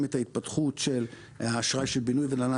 את ההתפתחות של האשראי של בינוי ונדל"ן,